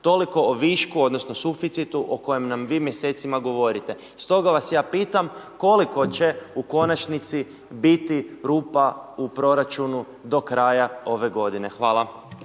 Toliko o višku odnosno o suficitu o kojem nam vi mjesecima govorite. Stoga vas ja pitam koliko će u konačnici biti rupa u proračunu do kraja ove godine? Hvala.